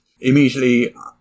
Immediately